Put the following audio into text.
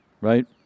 right